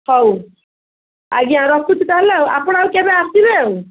ହଉ ଆଜ୍ଞା ରଖୁଛି ତାହେଲେ ଆଉ ଆପଣ କେବେ ଆସିବେ ଆଉ